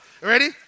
Ready